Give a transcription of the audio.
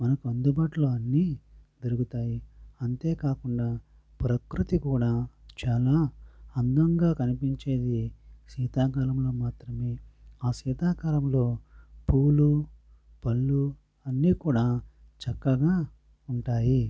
మనకు అందుబాటులో అన్ని దొరుకుతాయి అంతే కాకుండా ప్రకృతి కూడా చాలా అందంగా కనిపించేది శీతాకాలంలో మాత్రమే ఆ శీతాకాలంలో పూలు పండ్లు అన్ని కూడా చక్కగా ఉంటాయి